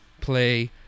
play